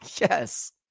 Yes